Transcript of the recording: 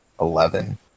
Eleven